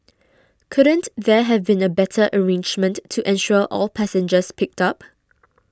couldn't there have been a better arrangement to ensure all passengers picked up